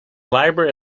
library